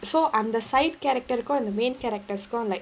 so அந்த:andha side character இந்த:indha main characters கும்:kum like